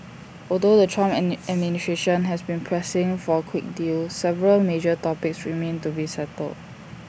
although the Trump administration has been pressing for A quick deal several major topics remain to be settled